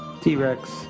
T-Rex